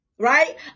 right